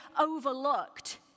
overlooked